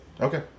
Okay